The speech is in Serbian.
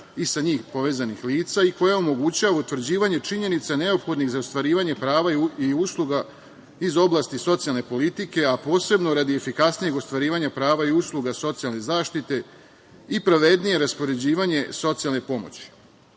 i sa njim povezanih lica i koja omogućava utvrđivanje činjenica neophodnih za ostvarivanje prava i usluga iz oblasti socijalne politike, a posebno radi efikasnijeg ostvarivanja prava i usluga socijalne zaštite i pravednije raspoređivanje socijalne pomoći. Kada